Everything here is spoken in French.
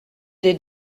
des